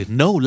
no